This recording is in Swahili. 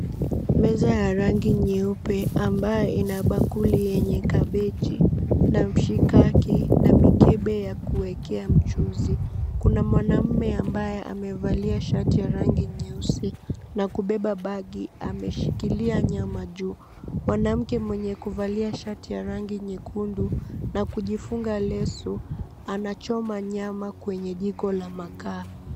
Meza ya rangi nyeupe ambayo ina bakuli yenye kabeji na mshikaki na mikebe ya kuwekea mchuzi. Kuna mwanaume ambaye amevalia shati ya rangi nyeusi na kubeba bagi ameshikilia nyama juu. Mwanamke mwenye kuvalia shati ya rangi nyekundu na kujifunga leso anachoma nyama kwenye jiko la makaa.